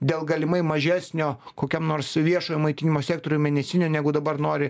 dėl galimai mažesnio kokiam nors viešojo maitinimo sektoriuj mėnesinio negu dabar nori